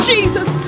Jesus